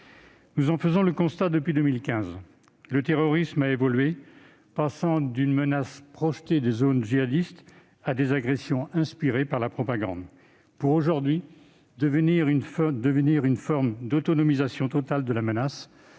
Nous en faisons le constat, depuis 2015, le terrorisme a évolué, passant d'une menace projetée des zones djihadistes à des agressions inspirées par la propagande, pour prendre désormais la forme d'une autonomisation totale de la menace,